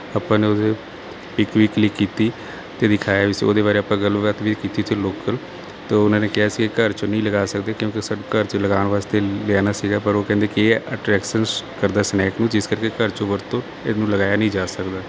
ਆਪਾਂ ਨੇ ਉਹਦੇ ਪਿਕ ਵੀ ਕਲਿੱਕ ਕੀਤੀ ਅਤੇ ਦਿਖਾਇਆ ਵੀ ਸੀ ਉਹਦੇ ਬਾਰੇ ਆਪਾਂ ਗੱਲਬਾਤ ਵੀ ਕੀਤੀ ਉੱਥੇ ਲੋਕਲ ਅਤੇ ਉਹਨਾਂ ਨੇ ਕਿਹਾ ਸੀ ਘਰ 'ਚ ਨਹੀਂ ਲਗਾ ਸਕਦੇ ਕਿਉਂਕਿ ਘਰ 'ਚ ਸਾਡੇ ਲਗਾਉਣ ਵਾਸਤੇ ਲਿਆਉਣਾ ਸੀਗਾ ਪਰ ਉਹ ਕਹਿੰਦੇ ਕਿ ਐ ਅਟਰੈਕਸ਼ਨਸ ਕਰਦਾ ਸਨੈਕ ਨੂੰ ਜਿਸ ਕਰਕੇ ਘਰ 'ਚ ਵਰਤੋਂ ਇਹਨੂੰ ਲਗਾਇਆ ਨਹੀਂ ਜਾ ਸਕਦਾ